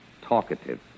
talkative